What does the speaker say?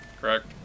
Correct